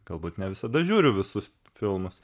galbūt ne visada žiūriu visus filmus